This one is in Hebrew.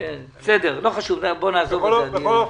בכל אופן,